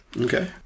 okay